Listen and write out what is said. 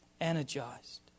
energized